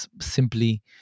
simply